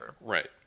Right